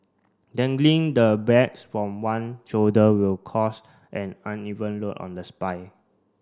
dangling the bags from one shoulder will cause an uneven load on the spine